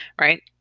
right